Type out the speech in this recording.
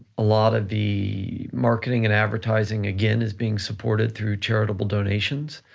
a lot of the marketing and advertising, again, is being supported through charitable donations.